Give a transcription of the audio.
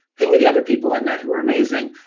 who are the other people i met who are amazing?